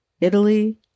Italy